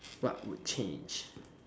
what would change